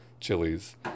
chilies